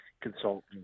consultant